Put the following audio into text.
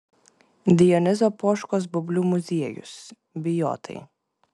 dionizo poškos baublių muziejus bijotai